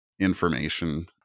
information